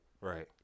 Right